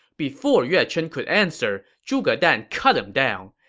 before yue chen could answer, zhuge dan cut him down.